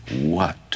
What